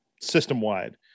system-wide